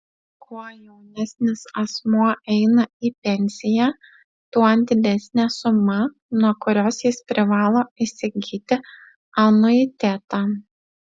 kuo jaunesnis asmuo eina į pensiją tuo didesnė suma nuo kurios jis privalo įsigyti anuitetą